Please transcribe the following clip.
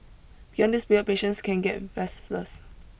beyond this period patients can get restless